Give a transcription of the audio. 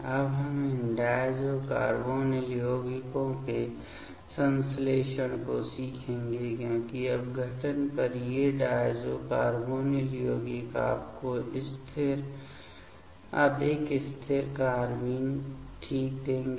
अब हम इन डायज़ो कार्बोनिल यौगिकों के संश्लेषण को सीखेंगे क्योंकि अपघटन पर ये डायज़ो कार्बोनिल यौगिक आपको स्थिर अधिक स्थिर कार्बेन ठीक देंगे